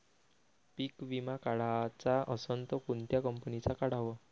पीक विमा काढाचा असन त कोनत्या कंपनीचा काढाव?